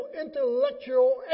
intellectual